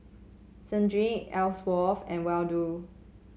Sedrick Elsworth and Waldo